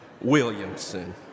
Williamson